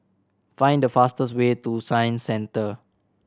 find the fastest way to Science Centre